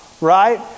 right